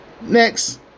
Next